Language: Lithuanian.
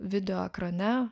video ekrane